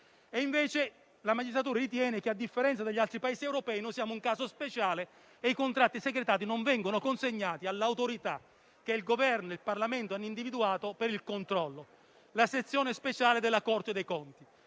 La magistratura ritiene invece che, a differenza degli altri Paesi europei, siamo un caso speciale e i contratti segretati non vengono consegnati all'Autorità che il Governo e il Parlamento hanno individuato per il controllo, che è la Sezione speciale della Corte dei conti.